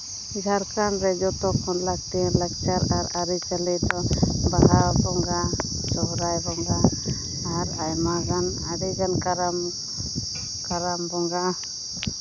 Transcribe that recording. ᱡᱷᱟᱲᱠᱷᱚᱸᱰ ᱨᱮ ᱡᱚᱛᱚ ᱠᱷᱚᱱ ᱞᱟᱹᱠᱛᱤᱭᱟᱱ ᱞᱟᱠᱪᱟᱨ ᱟᱨ ᱟᱹᱨᱤᱪᱟᱹᱞᱤ ᱫᱚ ᱵᱟᱦᱟ ᱵᱚᱸᱜᱟ ᱥᱚᱦᱚᱨᱟᱭ ᱵᱚᱸᱜᱟ ᱟᱨ ᱟᱭᱢᱟᱜᱟᱱ ᱟᱹᱰᱤᱜᱟᱱ ᱠᱟᱨᱟᱢ ᱠᱟᱨᱟᱢ ᱵᱚᱸᱜᱟ